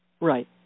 Right